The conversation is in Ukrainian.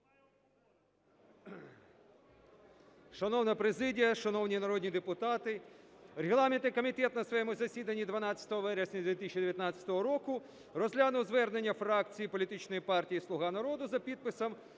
Шановна президія, шановні народні депутати, регламентний комітет на своєму засіданні 12 вересня 2019 року розглянув звернення фракції політичної партії "Слуга народу" за підписом